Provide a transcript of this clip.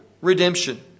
redemption